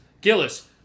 Gillis